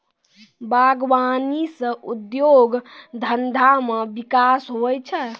बागवानी से उद्योग धंधा मे बिकास हुवै छै